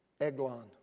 Eglon